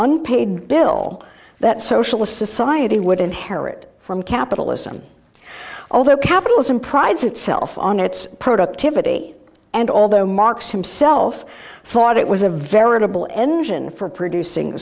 unpaid bill that socialist society would inherit from capitalism although capitalism prides itself on its productivity and although marx himself thought it was a veritable engine for producing